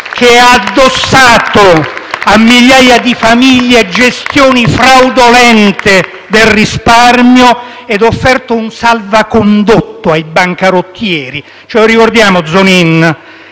che ha addossato a migliaia di famiglie gestioni fraudolente del risparmio e offerto un salvacondotto ai bancarottieri.